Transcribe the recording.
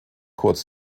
kurz